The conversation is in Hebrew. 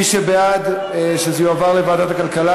מי שבעד העברה לוועדת הכלכלה,